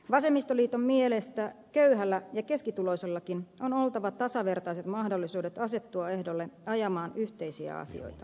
vasemmistoliiton mielestä köyhällä ja keskituloisellakin on oltava tasavertaiset mahdollisuudet asettua ehdolle ajamaan yhteisiä asioita